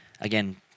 again